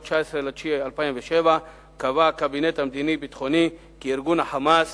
ב-19 בספטמבר 2007 קבע הקבינט המדיני-ביטחוני כי ארגון ה"חמאס"